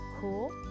cool